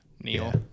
Neil